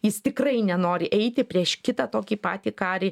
jis tikrai nenori eiti prieš kitą tokį patį karį